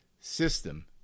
system